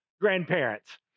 grandparents